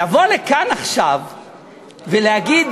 לבוא לכאן עכשיו ולהגיד,